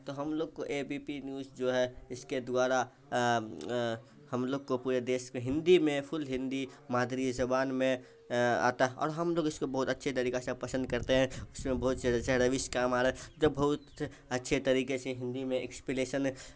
تو ہم لوگ کو اے بی پی نیوج جو ہے اس کے دوارا ہم لوگ کو پورے دیس میں ہندی میں فل ہندی مادری زبان میں آتا ہے اور ہم لوگ اس کو بہت اچھے طریقہ سے پسند کرتے ہیں اس میں بہت سے ہیں جیسے رویش کام آ رہا جو بہت اچھے طریقے سے ہندی میں ایکپلیسن